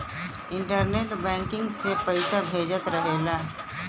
internet banking से पइसा भेजत रहला